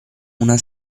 una